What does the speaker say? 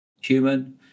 human